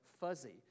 fuzzy